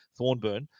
thornburn